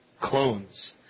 clones